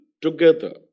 together